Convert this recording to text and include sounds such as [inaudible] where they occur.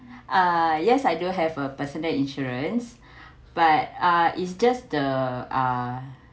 uh yes I do have a personal insurance [breath] but uh is just the uh